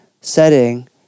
setting